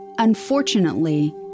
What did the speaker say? Unfortunately